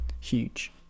huge